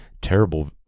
terrible